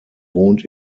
wohnt